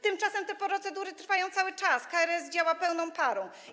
Tymczasem te procedury trwają cały czas, KRS działa pełną parą.